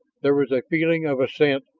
there was a feeling of assent,